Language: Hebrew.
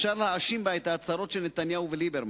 אפשר להאשים בה את ההצהרות של נתניהו וליברמן.